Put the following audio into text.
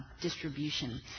distribution